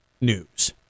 news